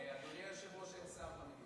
אדוני היושב-ראש, אין שר במליאה.